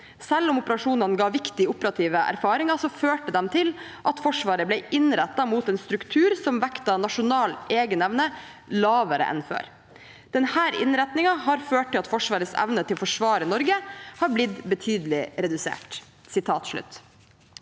Selv om operasjonene ga viktige operative erfaringer, førte de til at Forsvaret ble innrettet mot en struktur som vekter nasjonal egenevne lavere enn før. Denne innretningen har ført til at Forsvarets evne til å forsvare Norge ble betydelig redusert.»